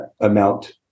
amount